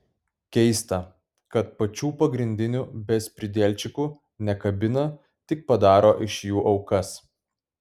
keista kad pačių pagrindinių bezpridielčikų nekabina tik padaro iš jų aukas